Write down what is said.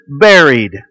buried